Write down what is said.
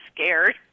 scared